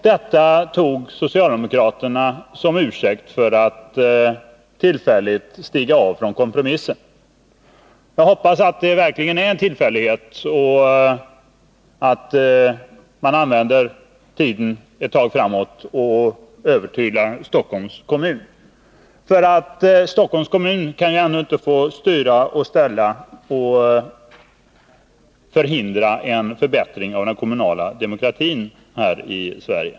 Detta tog socialdemokraterna som ursäkt för att tillfälligt stiga av från kompromissen. Jag hoppas att det verkligen är en tillfällighet och att socialdemokraterna använder tiden ett tag framåt till att övertyga Stockholms kommun. Stockholms kommun kan inte få styra och ställa och förhindra en förbättring av den kommunala demokratin i Sverige.